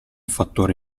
fattore